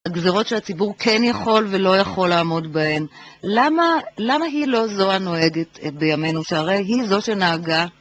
מנחם מליק ילד שובב אבל לפעמים יש ממנו תועלת